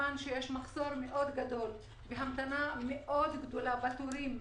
מחסור מאוד גדול והמתנה מאוד גדולה בתורים,